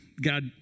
God